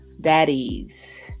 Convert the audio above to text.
daddies